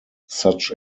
such